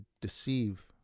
deceive